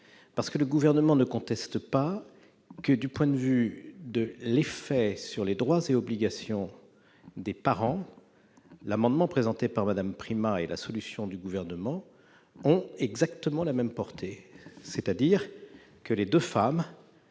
: le Gouvernement ne conteste pas que, du point de vue de l'effet sur les droits et obligations des parents, l'amendement proposé par Mme Primas et la solution du Gouvernement ont exactement la même portée, à savoir que les deux femmes